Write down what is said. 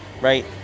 right